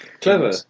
clever